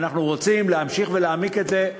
ואנחנו רוצים להמשיך ולהעמיק את זה.